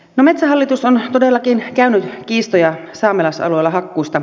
metsähallitus on todellakin käynyt kiistoja saamelaisalueilla hakkuista